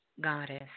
goddess